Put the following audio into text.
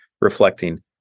reflecting